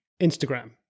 instagram